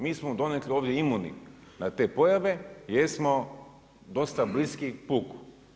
Mi smo donekle ovdje imuni, na te pojave jer smo dosta bliski puku.